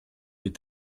est